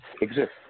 exist